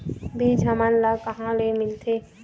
बीज हमन ला कहां ले मिलथे?